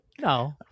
No